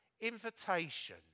invitation